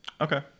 Okay